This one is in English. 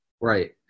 Right